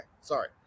sorry